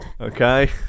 okay